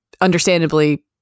understandably